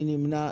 מי נמנע?